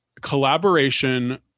collaboration